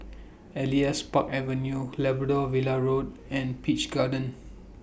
Elias Park Avenue Labrador Villa Road and Peach Garden